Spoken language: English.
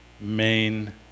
main